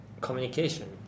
communication